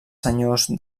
senyors